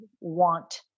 want